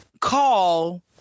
Call